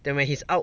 then when he's out